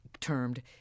termed